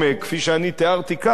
כפי שאני תיארתי כאן,